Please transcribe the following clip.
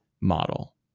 model